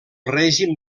règim